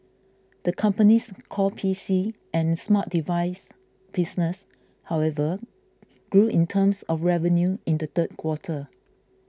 the company's core P C and smart device business however grew in terms of revenue in the third quarter